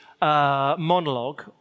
monologue